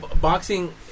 boxing